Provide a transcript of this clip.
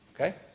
Okay